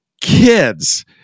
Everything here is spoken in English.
kids